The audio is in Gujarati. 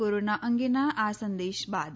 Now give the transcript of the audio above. કોરોના અંગેના આ સંદેશ બાદ